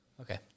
Okay